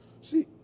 See